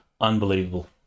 Unbelievable